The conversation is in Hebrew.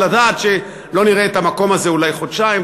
לדעת שלא נראה את המקום הזה אולי חודשיים.